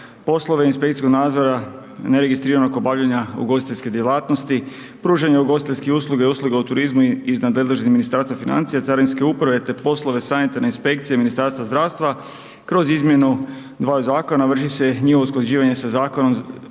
poslove inspekcijskog nadzora, neregistriranog obavljanja ugostiteljske djelatnosti, pružanja ugostiteljskih usluga i usluga u turizmu iz nadležnosti Ministarstva financija, carinske uprave te poslove sanitarne inspekcije Ministarstva zdravstva, kroz izmjenu dvaju zakona, vrši se njihovo usklađivanje sa